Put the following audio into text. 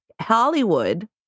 Hollywood